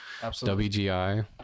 wgi